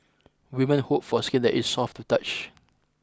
women hope for skin that is soft to touch